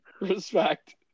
respect